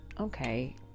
okay